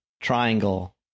triangle